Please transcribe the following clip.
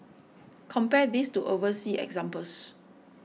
compare this to overseas examples